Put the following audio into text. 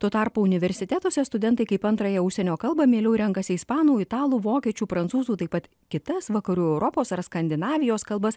tuo tarpu universitetuose studentai kaip antrąją užsienio kalbą mieliau renkasi ispanų italų vokiečių prancūzų taip pat kitas vakarų europos ar skandinavijos kalbas